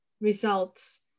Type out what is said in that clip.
results